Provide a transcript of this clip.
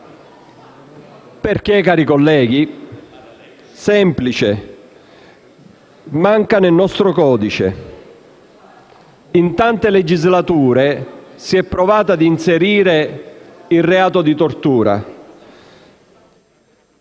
Perché, cari colleghi? È semplice: manca nel nostro codice. In tante legislature si è provato ad inserire il reato di tortura,